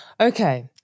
Okay